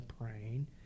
praying